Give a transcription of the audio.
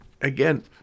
again